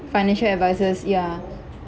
financial advisors ya